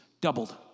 Doubled